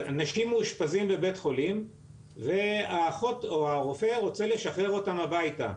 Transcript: אנשים מאושפזים בבית חולים והרופא רוצה לשחרר אותם הביתה,